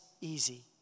easy